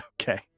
Okay